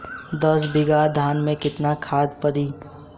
दस बिघा धान मे केतना खाद परी?